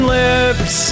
lips